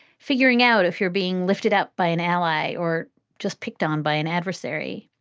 figuring out if you're being lifted up by an ally or just picked on by an adversary.